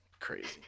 Crazy